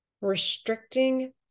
restricting